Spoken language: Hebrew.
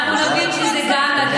מנהיגות זה כל כך הרבה